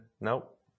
Nope